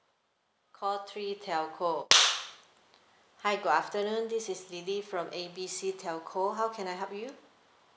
call three telco hi good afternoon this is lily from A B C telco how can I help you